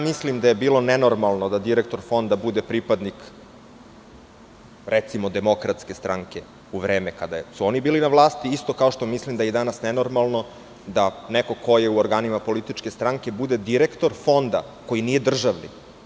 Mislim da je bilo nenormalno da direktor fonda bude pripadnik, recimo, DS, u vreme kada su oni bili na vlasti, isto kao što mislim da je i danas nenormalno da neko ko je u organima političke stranke bude direktor fonda koji nije državni.